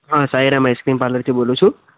હા સાઈરામ આઇસક્રીમ પાર્લરથી બોલું છું